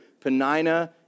Penina